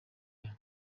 aya